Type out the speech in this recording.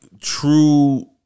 true